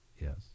Yes